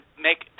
make